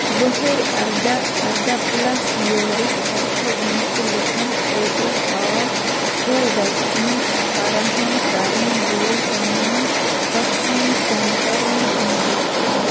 وٕہٕرۍ اَرداہ اَرداہ پٕلَس یِیٲرٕس پٮ۪ٹھٕ وٲنٛسہِ لُکَن خٲطرٕ ہاو کو وٮ۪کسیٖن فراہم کرٕنۍ وٲلۍ تمام وٮ۪کسیٖن سٮ۪نٛٹَرَن ہُنٛد لِسٹ